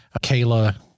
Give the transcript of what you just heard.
Kayla